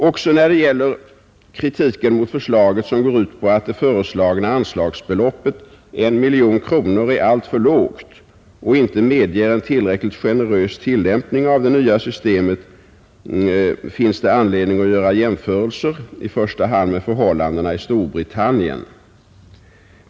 Också när det gäller kritiken mot förslaget, som går ut på att det föreslagna anslagsbeloppet, 1 miljon kronor, är alltför lågt och inte medeger en tillräckligt generös tillämpning av det nya systemet, finns det anledning att göra jämförelser, i första hand med förhållandena i Storbritannien.